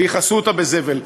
ויכסו אותה בזבל,